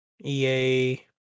EA